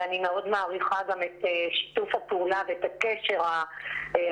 ואני מאוד מעריכה גם את שיתוף הפעולה ואת הקשר ההדוק